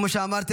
כמו שאמרת,